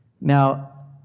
Now